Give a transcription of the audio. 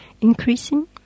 increasing